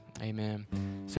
amen